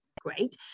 Great